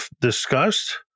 discussed